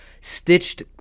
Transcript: stitched